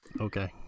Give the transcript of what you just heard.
Okay